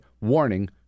warning